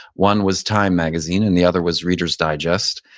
one was time magazine and the other was reader's digest.